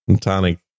tonic